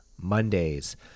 mondays